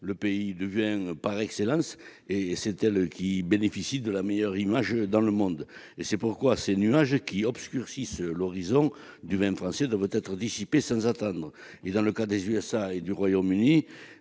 le pays du vin par excellence. C'est notre pays qui bénéficie de la meilleure image dans le monde. C'est pourquoi les nuages qui obscurcissent l'horizon du vin français doivent être dissipés sans attendre. Dans le cas des USA et du Royaume-Uni,